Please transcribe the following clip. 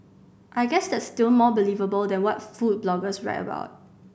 I guess that's still more believable than what food bloggers write about